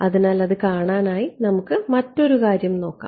അതിനാൽ അത് കാണാനായി നമുക്ക് മറ്റൊരു കാര്യം നോക്കാം